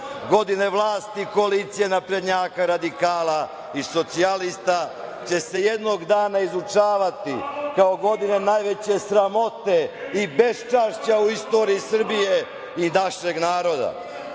godine vlasti koalicije naprednjaka radikala i socijalista će se jednog dana izučavati, kao godina najveće sramote i beščašća u istoriji Srbije i našeg